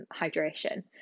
hydration